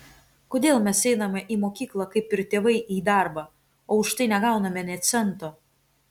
kodėl mes einame į mokyklą kaip ir tėvai į darbą o už tai negauname nė cento